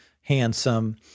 handsome